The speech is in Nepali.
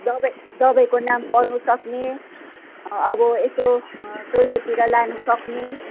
दवाई दवाईको नाम पढ्नुसक्ने अब यसो टोइलेटतिर लानुसक्ने